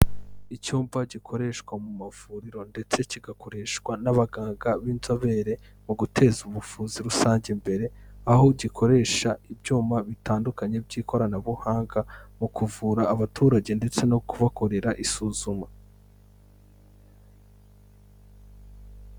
Icyumba gikoreshwa mu mavuriro ndetse kigakoreshwa n'abaganga b'inzobere mu guteza ubuvuzi rusange imbere, aho gikoresha ibyuma bitandukanye by'ikoranabuhanga mu kuvura abaturage ndetse no kubakorera isuzuma.